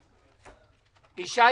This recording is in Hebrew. לפעול.